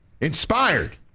Inspired